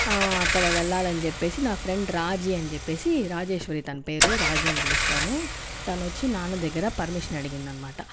అక్కడ వెళ్లాలని చెప్పేసి నా ఫ్రెండ్ రాజీ అని చెప్పేసి రాజేశ్వరి తన పేరు రాజీ అని పిలుస్తాను తను వచ్చి నాన్న దగ్గర పర్మిషన్ అడిగిందనమాట